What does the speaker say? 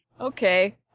Okay